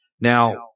now